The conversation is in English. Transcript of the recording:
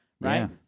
right